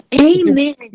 Amen